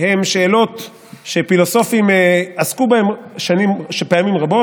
הם שאלות שפילוסופים עסקו בהם פעמים רבות,